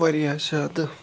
واریاہ زیادٕ